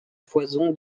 foison